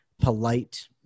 polite